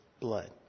blood